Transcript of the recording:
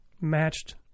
matched